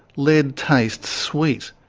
lead tastes sweet.